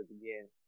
again